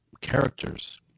characters